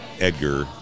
Edgar